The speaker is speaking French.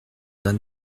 d’un